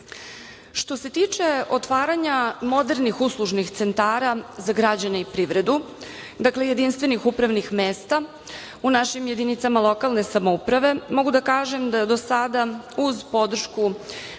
se tiče otvaranja modernih uslužnih centara za građane i privredu, dakle, jedinstvenih upravnih mesta u našim jedinicama lokalne samouprave mogu da kažem da je do sada uz podršku